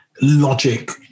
logic